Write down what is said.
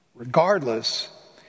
Regardless